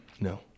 No